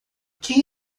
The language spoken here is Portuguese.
quem